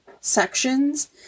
sections